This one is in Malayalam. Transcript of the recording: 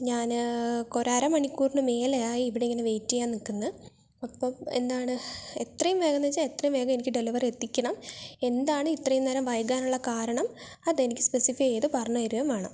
ഞാന് കുറെ അരമണിക്കൂറിന് മുകളിലായി ഇവിടെയിങ്ങനെ വെയിറ്റ് ചെയ്യാൻ നിൽക്കുന്നു അപ്പം എന്താണ് എത്രയും വേഗം എന്ന് വെച്ചാൽ എത്രയും വേഗം എനിക്ക് ഡെലിവറി എത്തിക്കണം എന്താണ് ഇത്രയും നേരം വൈകാനുള്ള കാരണം അതെനിക്ക് സ്പെസിഫൈ ചെയ്ത് പറഞ്ഞു തരികയും വേണം